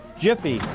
jiffy.